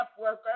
worker